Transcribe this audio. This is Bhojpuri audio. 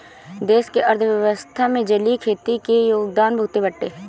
देश के अर्थव्यवस्था में जलीय खेती के योगदान बहुते बाटे